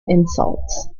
insults